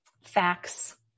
facts